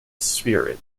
spirit